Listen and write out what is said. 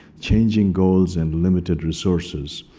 changing goals, and limited resources.